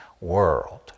world